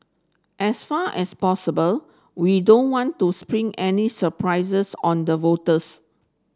as far as possible we don't want to spring any surprises on the voters